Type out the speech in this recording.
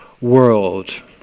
world